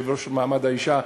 יושבת-ראש הוועדה למעמד האישה,